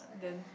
then